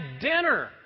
dinner